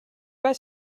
pas